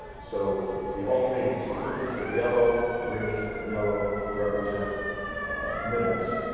so the alternating sequences of yellow, green and yellow represent nibbles,